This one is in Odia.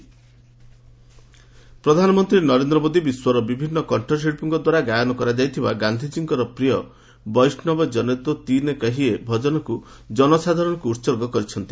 ପିଏମ୍ ବୈଷ୍ଣବ ପ୍ରଧାନମନ୍ତ୍ରୀ ନରେନ୍ଦ୍ର ମୋଦି ବିଶ୍ୱର ବିଭିନ୍ନ କଣ୍ଠଶିଳ୍ପୀଙ୍କ ଦ୍ୱାରା ଗାୟନ କରାଯାଇଥିବା ଗାନ୍ଧିଜୀଙ୍କ ପ୍ରିୟ 'ବୈଷ୍ଣବ ଜନ ତୋ ତିନେ କହିୟେ' ଭଜନକୁ ଜନସାଧାରଣଙ୍କୁ ଉତ୍ଗ କରିଛନ୍ତି